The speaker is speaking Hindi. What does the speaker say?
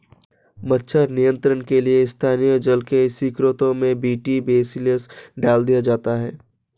मच्छर नियंत्रण के लिए स्थानीय जल के स्त्रोतों में बी.टी बेसिलस डाल दिया जाता है